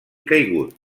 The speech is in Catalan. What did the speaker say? caigut